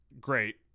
great